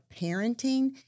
parenting